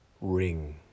ring